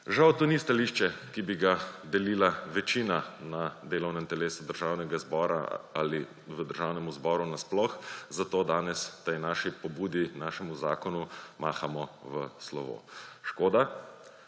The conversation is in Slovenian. Žal to ni stališče, ki bi ga delila večina na delovnem telesu Državnega zbora ali v Državnem zboru sploh, zato danes tej naši pobudi, našemu zakonu mahamo v slovo. Škoda.